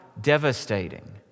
devastating